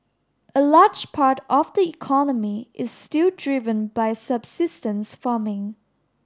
a large part of the economy is still driven by subsistence farming